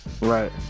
right